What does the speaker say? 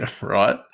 right